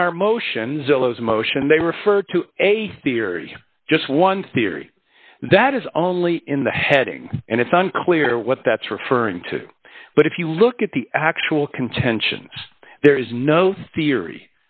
in our motions elos motion they refer to a theory just one theory that is only in the heading and it's unclear what that's referring to but if you look at the actual contentions there is no theory